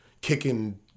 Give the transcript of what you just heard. kicking